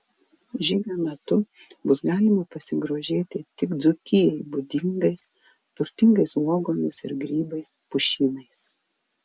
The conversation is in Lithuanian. žygio metu bus galima pasigrožėti tik dzūkijai būdingais turtingais uogomis ir grybais pušynais